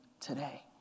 today